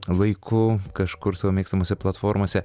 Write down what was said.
laiku kažkur savo mėgstamose platformose